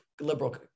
liberal